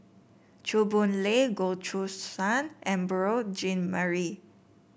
Chew Boon Lay Goh Choo San and Beurel Jean Marie